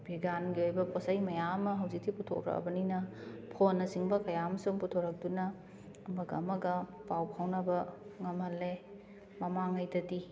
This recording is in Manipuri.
ꯕꯤꯒ꯭ꯌꯥꯟꯒꯤ ꯑꯣꯏꯕ ꯄꯣꯠ ꯆꯩ ꯃꯌꯥꯝ ꯑꯃ ꯍꯧꯖꯤꯛꯇꯤ ꯄꯨꯊꯣꯔꯛꯑꯕꯅꯤꯅ ꯐꯣꯟꯅ ꯆꯤꯡꯕ ꯀꯌꯥ ꯑꯃꯁꯨ ꯄꯨꯊꯣꯔꯛꯇꯨꯅ ꯑꯃꯒ ꯑꯃꯒ ꯄꯥꯎ ꯐꯥꯎꯅꯕ ꯉꯝꯍꯜꯂꯦ ꯃꯃꯥꯡ ꯉꯩꯗꯗꯤ